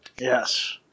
Yes